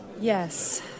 Yes